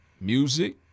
music